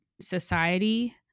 society